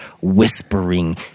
Whispering